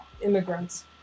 immigrants